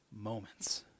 moments